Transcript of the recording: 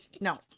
no